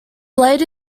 blade